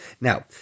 Now